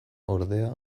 ordea